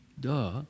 Duh